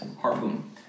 Harpoon